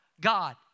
God